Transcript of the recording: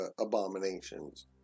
abominations